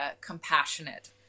compassionate